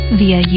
via